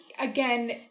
Again